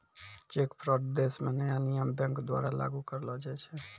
cheque fraud देश म नया नियम बैंक द्वारा लागू करलो जाय छै